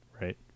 right